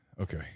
Okay